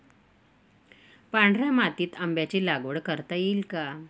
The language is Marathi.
पांढऱ्या मातीत आंब्याची लागवड करता येईल का?